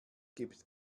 gibt